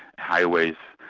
highways,